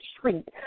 treat